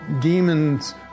demons